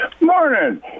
Morning